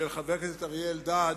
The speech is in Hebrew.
של חבר הכנסת אריה אלדד,